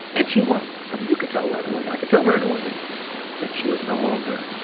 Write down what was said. and she was. i mean, you could tell right away. i could tell right away that she was no longer